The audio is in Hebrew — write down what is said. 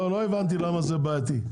לא הבנתי למה זה בעייתי.